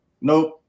nope